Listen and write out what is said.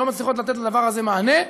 שלא מצליחות לתת לדבר הזה מענה,